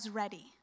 ready